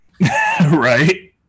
Right